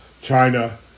China